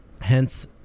hence